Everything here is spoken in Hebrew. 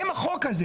עם החוק הזה